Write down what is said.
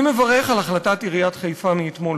אני מברך על החלטת עיריית חיפה מאתמול,